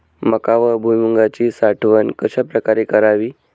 मका व भुईमूगाची साठवण कशाप्रकारे करावी?